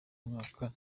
mwaka